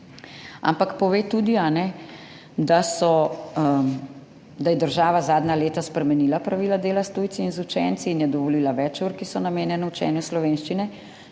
ampak pove tudi, da je država zadnja leta spremenila pravila dela s tujci in z učenci in je dovolila več ur, ki so namenjene učenju slovenščine.